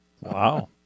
Wow